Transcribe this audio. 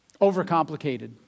overcomplicated